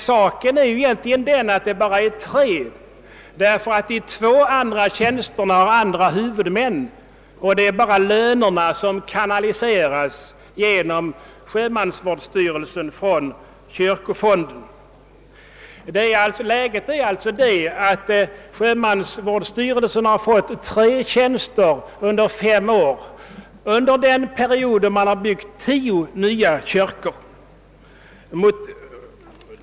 Saken är emellertid den, att bara tre av tjänsterna är nya, eftersom de båda övriga har andra huvudmän — det är bara lönerna som kanaliseras genom Sjömansvårdsstyrelsen från kyrkofonden. Läget är alltså att Sjömansvårdsstyrelsen har fått tre tjänster under fem år. Under den perioden har styrelsen byggt tio nya kyrkor.